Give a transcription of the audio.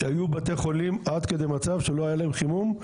היו בתי חולים עד כדי מצב שלא היה להם חימום,